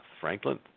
Franklin